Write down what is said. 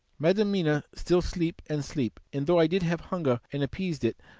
madam mina still sleep and sleep and though i did have hunger and appeased it,